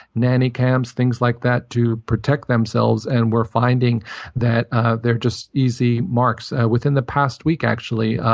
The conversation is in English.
nanny cams, things like that to protect themselves and were finding that ah they're just easy marks. within the past week actually,